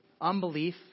unbelief